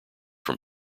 from